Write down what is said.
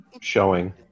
showing